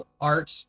art